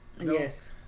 Yes